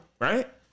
right